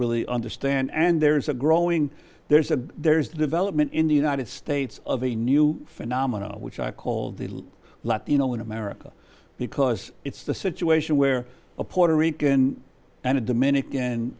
really understand and there's a growing there's a there's a development in the united states of a new phenomenon which i call the latino in america because it's the situation where a puerto rican and a dominican